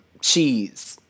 cheese